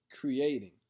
creating